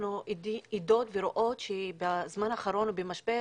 אנחנו עדות לכך שבזמן האחרון במשבר